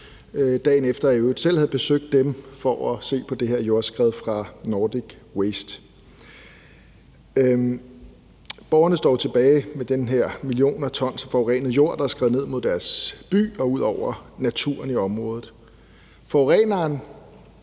dagen efter at jeg i øvrigt selv havde besøgt dem for at se på det her jordskred fra Nordic Waste. Borgerne står jo tilbage med de her millioner tons forurenet jord, der er skredet ned mod deres by og ud over naturen i området. Forureneren